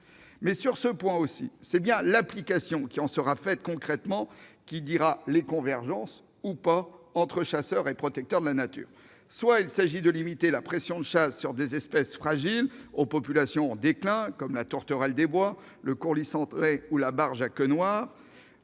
sur ce point aussi, c'est bien l'application qui en sera faite concrètement qui montrera l'existence, ou non, de convergences entre chasseurs et protecteurs de la nature. Soit il s'agit de limiter la pression de chasse sur des espèces fragiles, à la population en déclin, comme la tourterelle des bois, le courlis cendré ou la barge à queue noire,